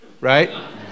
right